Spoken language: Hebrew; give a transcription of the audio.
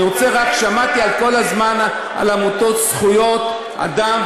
שמעתי כל הזמן על עמותות זכויות אדם,